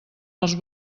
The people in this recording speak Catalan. els